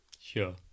sure